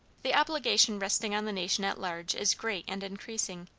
the obligation resting on the nation at large is great and increasing,